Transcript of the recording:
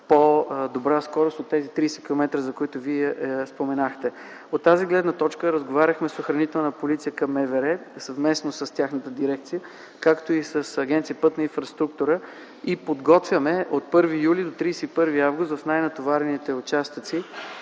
по-добра скорост от тези 30 километра в час, за които Вие споменахте. От тази гледна точка разговаряхме с „Охранителна полиция” към МВР. Съвместно с тяхната дирекция, както и с Агенция „Пътна инфраструктура”, подготвяме от 1 юли до 31 август 2010 г. в най-натоварените участъци